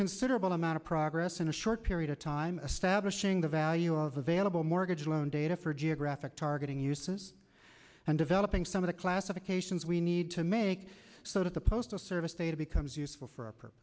considerable amount of progress in a short period of time a stablish ing the value of available mortgage loan data for geographic targeting uses and developing some of the classifications we need to make so that the postal service data becomes useful for